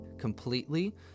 completely